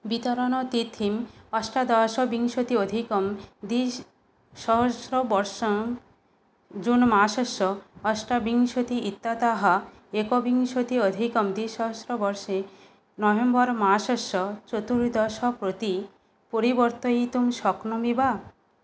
वितरणतिथिम् अष्टदाशविंशति अधिकंद्विसहस्रवर्षं जून्मासस्य अष्टविंशतिः इत्यतः एकविंशति अधिकं द्विसहस्रवर्षे नवेम्बर्मासस्य चतुर्दश प्रति परिवर्तयितुं शक्नोमि वा